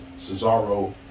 Cesaro